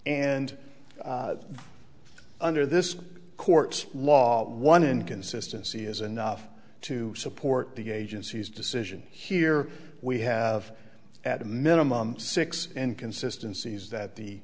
and under this court's law one inconsistency is enough to support the agency's decision here we have at a minimum six inconsistency is that the